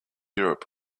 europe